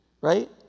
Right